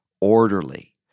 orderly